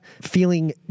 feeling